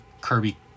Kirby